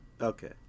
Okay